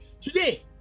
Today